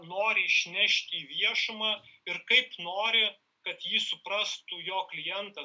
nori išnešti į viešumą ir kaip nori kad jį suprastų jo klientas